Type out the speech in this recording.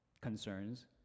concerns